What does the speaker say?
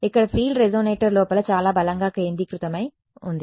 ఇక్కడ field resonator లోపల చాలా బలంగా కేంద్రీకృతమై ఉంది